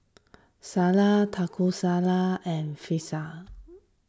Salsa Taco Salad and Fajitas